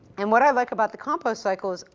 and what i like about the compost cycle is,